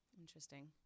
Interesting